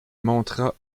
montra